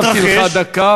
הוספתי לך דקה,